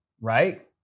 right